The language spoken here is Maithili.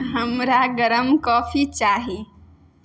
हमरा गरम कॉफी चाही